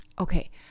Okay